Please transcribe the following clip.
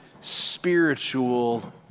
spiritual